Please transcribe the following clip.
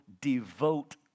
devote